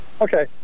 Okay